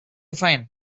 find